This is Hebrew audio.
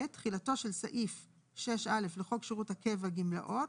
(ב) תחילתו של סעיף 6א לחוק שירות הקבע (גמלאות),